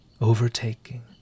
overtaking